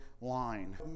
line